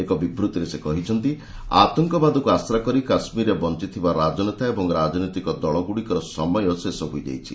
ଏକ ବିବୂତିରେ ସେ କହିଛନ୍ତି ଆତଙ୍କବାଦକୁ ଆଶ୍ରାକରି କାଶ୍ମୀରରେ ବଞ୍ଚଥିବା ରାଜନେତା ଏବଂ ରାଜନୈତିକ ଦଳଗୁଡ଼ିକର ସମୟ ଶେଷ ହୋଇଯାଇଛି